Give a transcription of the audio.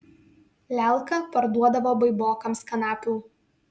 lelka parduodavo baibokams kanapių